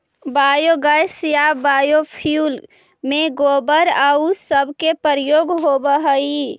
biogas या biofuel में गोबर आउ सब के प्रयोग होवऽ हई